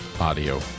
audio